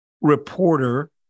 reporter